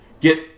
get